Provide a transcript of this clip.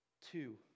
Two